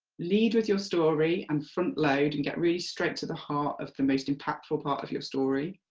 lead with your story, and front load and get really straight to the heart of the most impactful part of your story.